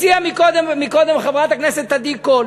הציעה קודם חברת הכנסת עדי קול